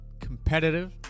Competitive